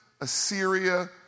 Assyria